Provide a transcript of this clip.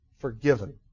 forgiven